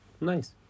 Nice